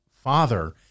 father